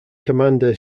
commander